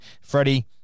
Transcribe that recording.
Freddie